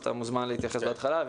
אתה מוזמן להתייחס בתחילה.